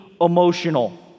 emotional